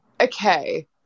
okay